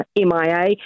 MIA